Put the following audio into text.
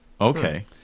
Okay